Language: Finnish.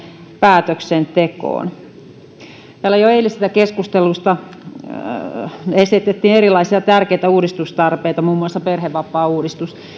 päätöksentekoon täällä jo eilisessä keskustelussa esitettiin erilaisia tärkeitä uudistustarpeita muun muassa perhevapaauudistus